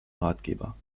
ratgeber